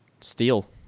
steal